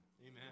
Amen